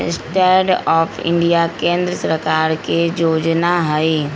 stand up India केंद्र सरकार के जोजना हइ